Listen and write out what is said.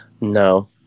No